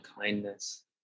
kindness